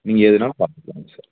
நீங்கள் வேணா